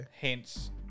Hence